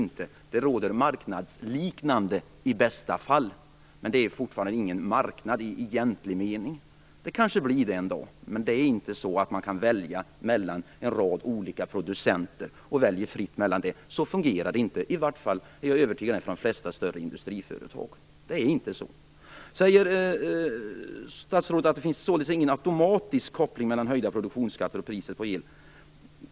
Det råder i bästa fall marknadsliknande förhållanden. Men det handlar fortfarande inte om någon marknad i egentlig mening. Det blir kanske det en dag, men som det är nu kan man inte fritt välja mellan en rad olika producenter. Så fungerar det inte, i varje fall inte för de flesta större industriföretag. Sedan säger statsrådet att det inte finns någon automatisk koppling mellan höjda produktionsskatter och höjda priser på el.